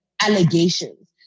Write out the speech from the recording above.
allegations